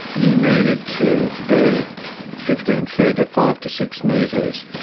you needed to be fifteen feet, or five to six metres,